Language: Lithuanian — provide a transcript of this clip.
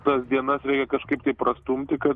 tas dienas reikia kažkaip tai prastumti kad